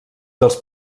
dels